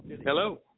hello